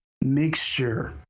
mixture